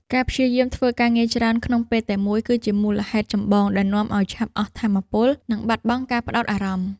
ការព្យាយាមធ្វើការងារច្រើនក្នុងពេលតែមួយ គឺជាមូលហេតុចម្បងដែលនាំឱ្យឆាប់អស់ថាមពល និងបាត់បង់ការផ្ដោតអារម្មណ៍។